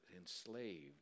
enslaved